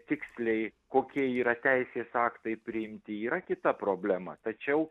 tiksliai kokie yra teisės aktai priimti yra kita problema tačiau